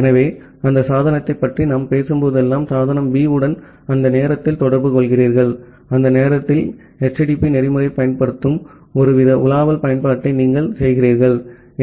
ஆகவே அந்த சாதனத்தைப் பற்றி நாம் பேசும்போதெல்லாம் சாதனம் B உடன் அந்த நேரத்தில் தொடர்புகொள்கிறீர்கள் அந்த நேரத்தில் HTTP புரோட்டோகால் பயன்படுத்தும் ஒருவித உலாவல் பயன்பாட்டை நீங்கள் செய்கிறீர்கள்